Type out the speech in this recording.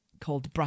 called